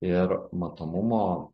ir matomumo